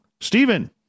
Stephen